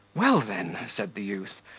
well, then, said the youth,